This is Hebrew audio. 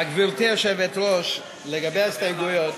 גברתי היושבת-ראש, לגבי ההסתייגויות,